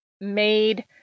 made